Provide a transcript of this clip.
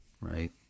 Right